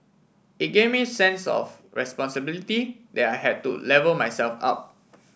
it gave me a sense of responsibility that I had to level myself up